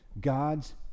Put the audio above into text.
God's